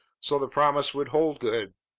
so the promise would hold good.